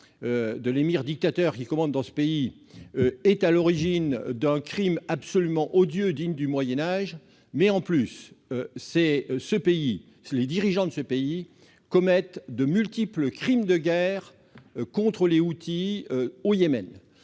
de l'émir dictateur qui commande dans ce pays sont à l'origine d'un crime absolument odieux, digne du Moyen Âge, mais de surcroît les dirigeants de ce pays commettent de multiples crimes de guerre contre les Houthis au Yémen.